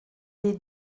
des